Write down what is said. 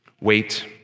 Wait